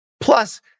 Plus